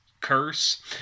curse